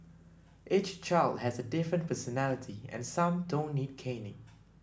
each child has a different personality and some don't need caning